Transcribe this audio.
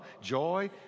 joy